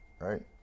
right